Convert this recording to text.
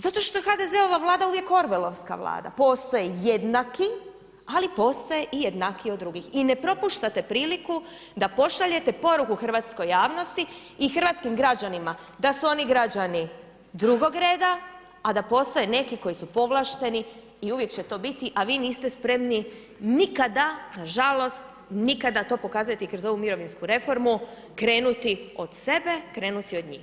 Zato što je HDZ-ova vlada uvijek ... vlada, postoje jednaki, ali postoje i jednakiji od drugih i ne propuštate priliku da pošaljete poruku hrvatskoj javnosti i hrvatskim građanima da su oni građani drugog reda, a da postoje neki koji su povlašteni i uvijek će to biti, a vi niste spremni nikada, nažalost nikada to pokazati kroz ovu mirovinsku reformu, krenuti od sebe, krenuti od njih.